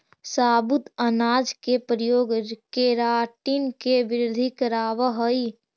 साबुत अनाज के प्रयोग केराटिन के वृद्धि करवावऽ हई